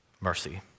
mercy